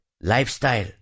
Lifestyle